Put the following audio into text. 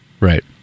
Right